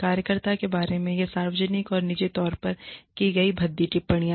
कार्यकर्ता के बारे में सार्वजनिक या निजी तौर पर की गई भद्दी टिप्पणियां